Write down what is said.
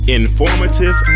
informative